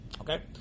Okay